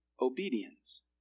obedience